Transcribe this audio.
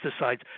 pesticides